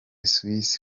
suisse